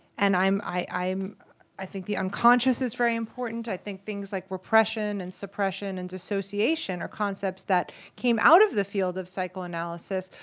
and i'm i'm i think the unconscious is very important, i think things like repression and suppression and dissociation are concepts that came out of the field of psychoanalysis,